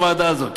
בוועדה הזאת,